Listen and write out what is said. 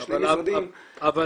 אבל שאר המשרדים --- נכון,